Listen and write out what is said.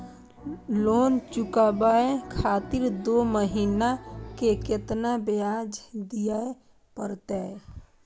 Loan चुकाबे खातिर दो महीना के केतना ब्याज दिये परतें?